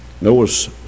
Noah's